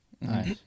Nice